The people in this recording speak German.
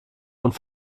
und